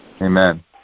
amen